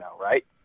right